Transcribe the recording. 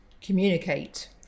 Communicate